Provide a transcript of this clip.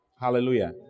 Hallelujah